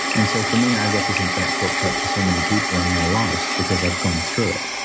and so, for me, i represent that shortcut for so many people in their lives because i've gone through it.